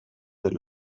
del